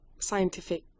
scientific